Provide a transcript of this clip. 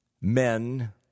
men